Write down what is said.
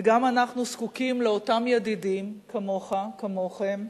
וגם אנחנו זקוקים לאותם ידידים כמוך, כמוכם,